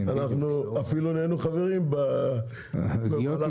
אנחנו אפילו נהינו חברים במהלך -- ואני אומר -- להיות